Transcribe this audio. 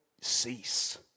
cease